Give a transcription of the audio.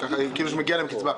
מגיעה להם קצבה.